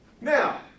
Now